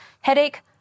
headache